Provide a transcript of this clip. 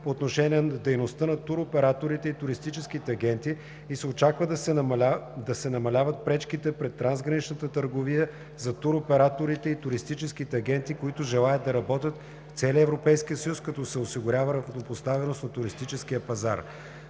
по отношение на дейността на туроператорите и туристическите агенти и се очаква да се намаляват пречките пред трансграничната търговия за туроператорите и туристическите агенти, които желаят да работят в целия Европейския съюз, като се осигурява равнопоставеност на туристическия пазар.